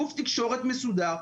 גוף תקשורת מסודר,